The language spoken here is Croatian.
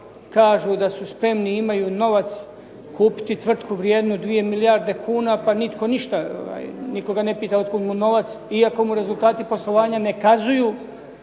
kažu da su spremni i imaju novac kupiti tvrtku vrijednu 2 milijarde kuna pa nitko ništa. Nitko ga ne pita otkud mu novac iako mu rezultati poslovanja ne kazuju